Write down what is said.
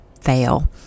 fail